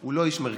הוא לא איש מרכז,